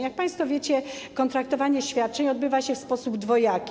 Jak państwo wiecie, kontraktowanie świadczeń odbywa się w sposób dwojaki.